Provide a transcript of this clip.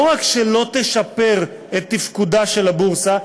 לא רק שלא תשפר את תפקודה של הבורסה,